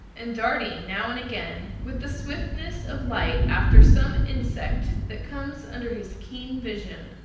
and darting, now and again, with the swiftness of light after some insect that comes under his keen vision.